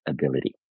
ability